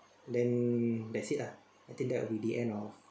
then that's it lah I think that will be the end of